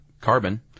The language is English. carbon